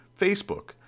Facebook